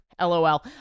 LOL